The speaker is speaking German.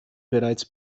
bereits